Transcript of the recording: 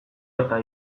eta